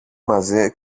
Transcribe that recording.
μαζί